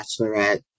Bachelorette